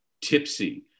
tipsy